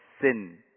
sin